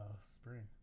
spring